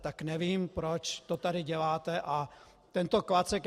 Tak nevím, proč to tady děláte a tento klacek...